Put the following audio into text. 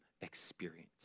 experience